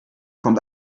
kommt